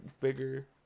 bigger